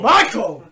Michael